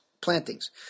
plantings